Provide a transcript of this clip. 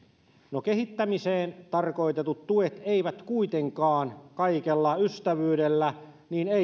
no kehittämiseen tarkoitetut tuet eivät kuitenkaan kaikella ystävyydellä